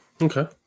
Okay